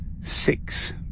six